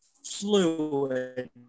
Fluid